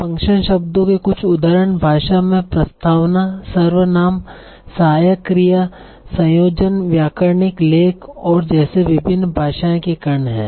function शब्दों के कुछ उदाहरण भाषा में प्रस्तावना सर्वनाम सहायक क्रिया संयोजन व्याकरणिक लेख और जैसे विभिन्न भाषाएं के कण हैं